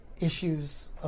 issues